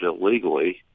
illegally